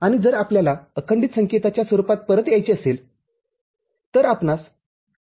आणि जर आपल्याला अखंडित संकेताच्या स्वरूपात परत यायचे असेल तर आपणास त्याच्या उलट करणे आवश्यक आहे